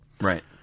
Right